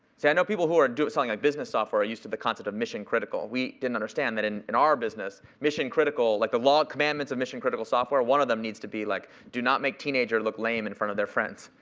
see, i know people who are selling like business software are used to the concept of mission critical. we didn't understand that in in our business, mission critical, like the law of commandments of mission critical software, one of them needs to be like, do not make teenager look lame in front of their friends.